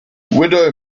widow